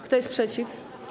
Kto jest przeciw?